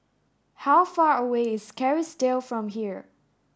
how far away is Kerrisdale from here